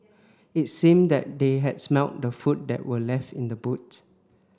it seemed that they had smelt the food that were left in the boot